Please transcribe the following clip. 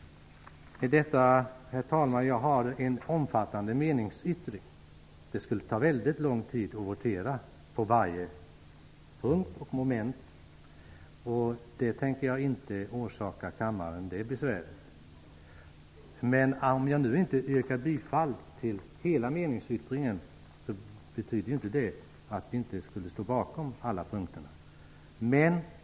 Jag har avgivit en omfattande meningsyttring. Det skulle ta väldigt lång tid att votera på varje moment. Det besväret tänker jag inte orsaka kammaren. Men om jag inte yrkar bifall till hela meningsyttringen betyder det inte att jag inte skulle stå bakom alla punkter.